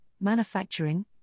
Manufacturing